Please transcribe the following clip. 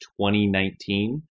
2019